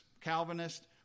Calvinist